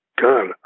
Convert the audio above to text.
God